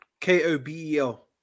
K-O-B-E-L